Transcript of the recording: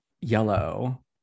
yellow